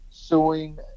suing